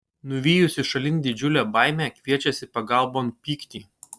nuvijusi šalin didžiulę baimę kviečiasi pagalbon pyktį